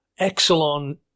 Exelon